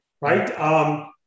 right